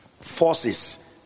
forces